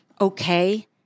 okay